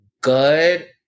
good